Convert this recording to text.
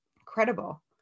Incredible